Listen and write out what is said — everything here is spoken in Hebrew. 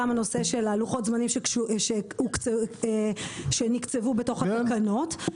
נושא לוחות הזמנים שנקצבו בתוך התקנות.